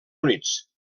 units